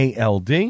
ALD